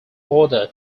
order